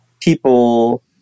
people